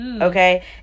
okay